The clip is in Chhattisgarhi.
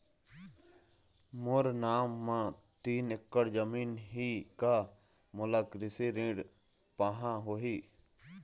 मोर नाम म तीन एकड़ जमीन ही का मोला कृषि ऋण पाहां होही?